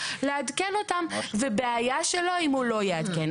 לעדכן אותם ובעיה שלו אם הוא לא יעדכן.